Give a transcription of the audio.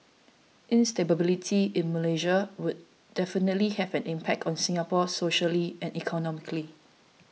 instability in Malaysia would definitely have an impact on Singapore socially and economically